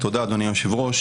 תודה אדוני היושב-ראש,